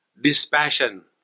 dispassion